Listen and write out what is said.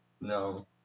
no